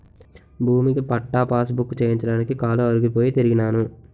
భూమిక పట్టా పాసుబుక్కు చేయించడానికి కాలు అరిగిపోయి తిరిగినాను